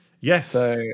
Yes